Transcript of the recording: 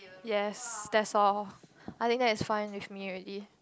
yes that's all I think that is fine with me already